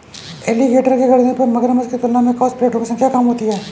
alligator के गर्दन पर मगरमच्छ की तुलना में कवच प्लेटो की संख्या कम होती है